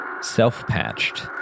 self-patched